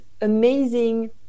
amazing